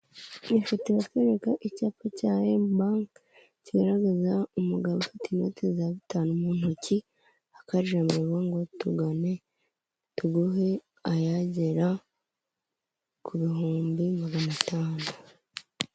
Iyi foto iratwereka icyapa cya I&M bank kigaragaza umugabo ufite inote za bitanu mu ntoki, hakaba hari ijambo rivuga ngo tugane tuguhe ayagera ku bihumbi magana atanu.